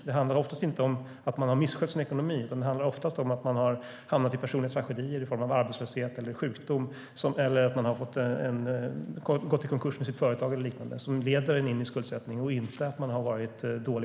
Det handlar oftast inte om att man har misskött sin ekonomi, utan om att man har hamnat i en personlig tragedi i form av arbetslöshet, sjukdom, företagskonkurs eller liknande som leder en in i skuldsättning.